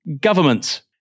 government